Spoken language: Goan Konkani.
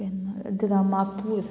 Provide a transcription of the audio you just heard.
बेना द्रामापूर